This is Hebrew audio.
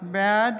בעד